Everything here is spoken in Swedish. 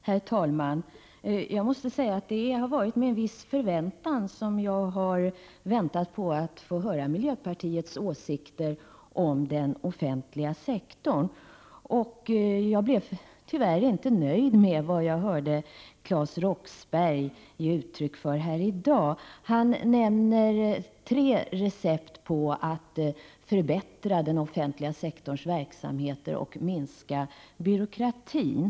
Herr talman! Jag måste säga att det har varit med en viss förväntan jag har emotsett att få höra miljöpartiets åsikter om den offentliga sektorn. Jag blev tyvärr inte nöjd med vad jag hörde Claes Roxbergh ge uttryck för här i dag. Han nämner tre recept för att förbättra den offentliga sektorns verksamheter och minska byråkratin.